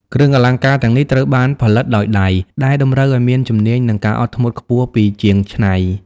គ្រឿងអលង្ការទាំងនេះត្រូវបានផលិតដោយដៃ ដែលតម្រូវឱ្យមានជំនាញ និងការអត់ធ្មត់ខ្ពស់ពីជាងច្នៃ។